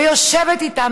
ויושבת איתם,